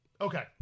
Okay